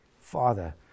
Father